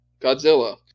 Godzilla